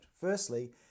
Firstly